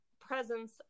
presence